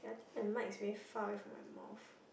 and my experience far away from my mouth